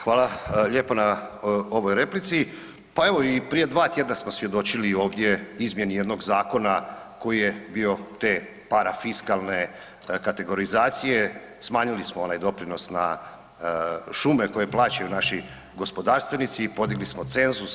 Hvala lijepa na ovoj replici, pa evo i prije 2 tjedna smo svjedočili ovdje izmjeni jednog zakona koji je bio te parafiskalne kategorizacije, smanjili smo onaj doprinos na šume koje plaćaju naši gospodarstvenici i podigli smo cenzus.